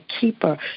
keeper